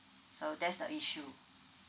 so that's the issue